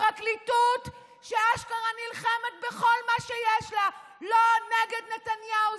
פרקליטות שאשכרה נלחמת בכל מה שיש לה לא נגד נתניהו,